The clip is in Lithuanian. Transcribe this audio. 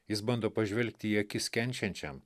jis bando pažvelgti į akis kenčiančiam